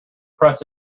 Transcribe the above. press